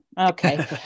okay